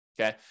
okay